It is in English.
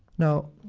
now,